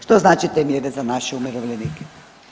Što znače te mjere za naše umirovljenike?